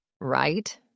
Right